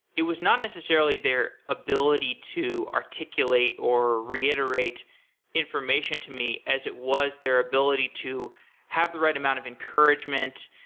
it was not necessarily their ability to articulate or reiterate information to me as it was their ability to have the right amount of encouragement.